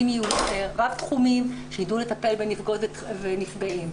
רב תחומיים שידעו לטפל בנפגעות ונפגעים.